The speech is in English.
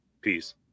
Peace